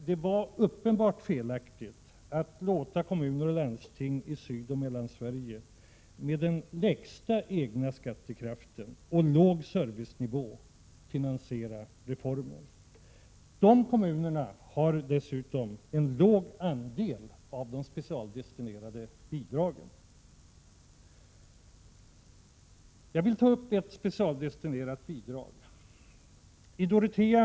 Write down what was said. Det var uppenbart felaktigt att låta kommuner och landsting i Sydoch Mellansverige med den lägsta egna skattekraften och en låg servicenivå finansiera reformen. Dessa kommuner har dessutom en låg andel av de specialdestinerade bidragen. Jag vill ta upp ett specialdestinerat bidrag till diskussion.